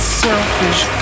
selfish